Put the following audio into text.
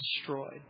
destroyed